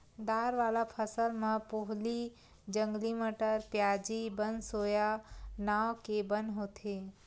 दार वाला फसल म पोहली, जंगली मटर, प्याजी, बनसोया नांव के बन होथे